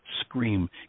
scream